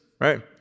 right